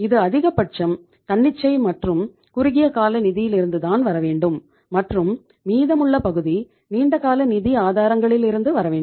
இது அதிகபட்சம் தன்னிச்சை மற்றும் குறுகிய கால நிதியிலிருந்து தான் வரவேண்டும் மற்றும் மீதமுள்ள பகுதி நீண்ட கால நிதி ஆதாரங்களிலிருந்து வர வேண்டும்